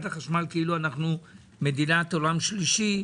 החשמל כאילו אנחנו מדינת עולם שלישי,